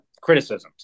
criticisms